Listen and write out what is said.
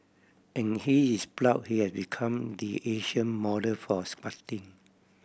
and he is proud he has become the Asian model for squatting